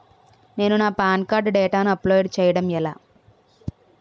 నేను నా PAN card డేటాను అప్లోడ్ చేయడం ఎలా?